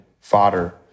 fodder